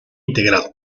integrado